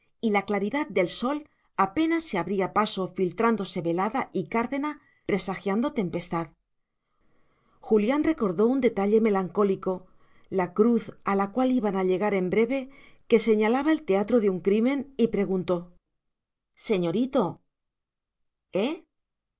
y la claridad del sol apenas se abría paso filtrándose velada y cárdena presagiando tempestad julián recordó un detalle melancólico la cruz a la cual iban a llegar en breve que señalaba el teatro de un crimen y preguntó señorito